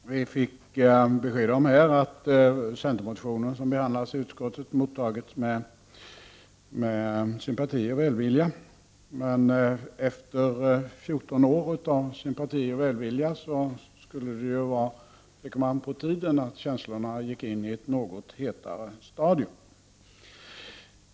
Herr talman! Vi fick här besked om att den centermotion som har behandlats i utskottet har mottagits med sympati och välvilja. Men efter 14 år av sympati och välvilja är det på tiden att känslorna går in i ett något hetare stadium.